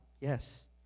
yes